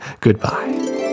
Goodbye